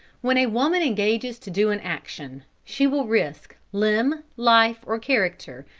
when a woman engages to do an action, she will risk limb, life or character,